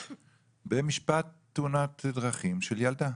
במשפט תאונת דרכים של ילדה.